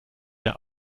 der